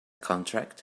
contract